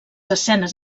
escenes